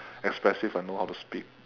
expressive and know how to speak